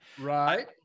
right